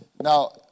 Now